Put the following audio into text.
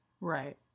Right